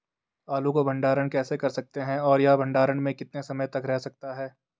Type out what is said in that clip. आलू को भंडारण कैसे कर सकते हैं और यह भंडारण में कितने समय तक रह सकता है?